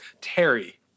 Terry